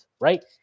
right